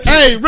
Hey